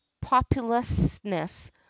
populousness